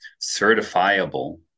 certifiable